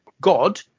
God